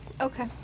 Okay